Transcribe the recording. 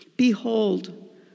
Behold